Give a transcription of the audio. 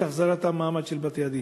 להחזרת המעמד של בתי-הדין.